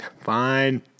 Fine